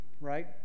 right